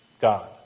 God